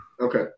Okay